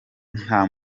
nta